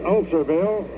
Ulcerville